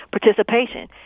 participation